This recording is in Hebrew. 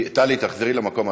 טלי, תחזרי למקום.